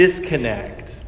disconnect